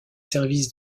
services